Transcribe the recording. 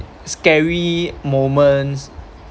scary moments